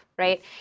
right